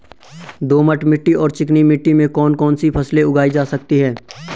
दोमट मिट्टी और चिकनी मिट्टी में कौन कौन सी फसलें उगाई जा सकती हैं?